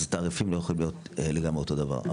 אז התעריפים לא יכולים להיות לגמרי אותו דבר.